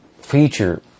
feature